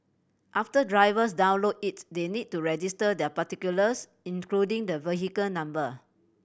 after drivers download it's they need to register their particulars including the vehicle number